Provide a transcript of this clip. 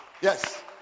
Yes